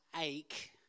ache